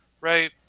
right